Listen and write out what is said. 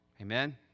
Amen